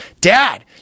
Dad